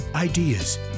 Ideas